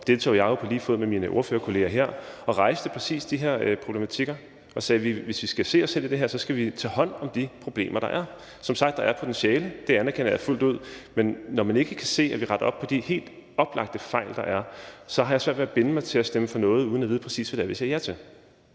deltog jeg jo på lige fod med mine ordførerkolleger her og rejste præcis de her problematikker. Jeg sagde, at hvis Radikale Venstre skulle kunne se sig selv i det her, skal vi tage hånd om de problemer, der er. Som sagt er der potentiale – det anerkender jeg fuldt ud – men når man ikke kan se og ikke vil rette op på de helt oplagte fejl, der er, så har jeg svært ved at binde mig til at stemme for noget uden at vide, præcis hvad det er, vi siger ja til.